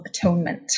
atonement